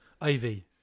Ivy